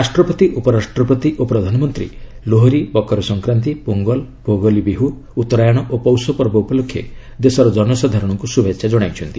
ରାଷ୍ଟ୍ରପତି ଉପରାଷ୍ଟ୍ରପତି ଓ ପ୍ରଧାନମନ୍ତ୍ରୀ ଲୋହରୀ ମକର ସଂକ୍ରାନ୍ତୀ ପୋଙ୍ଗଲ ଭୋଗାଲି ବିହୁ ଉତ୍ତରାୟଣ ଓ ପୌଷ ପର୍ବ ଉପଲକ୍ଷେ ଦେଶର ଜନସାଧାରଣଙ୍କୁ ଶୁଭେଚ୍ଛା ଜଣାଇଛନ୍ତି